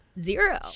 Zero